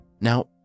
Now